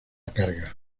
carga